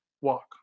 walk